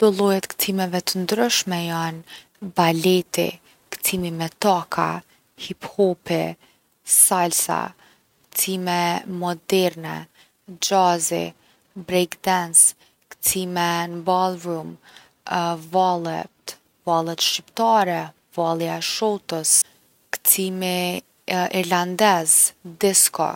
Do lloje t’kcimeve t’ndryshme jon baleti, kcimi me taka, hip hopi, salsa, kcime moderne, xhazi, breakdance, kcime n’ballroom, vallet, vallet shqiptare, vallja e shotës, kcimi irlandez, disko.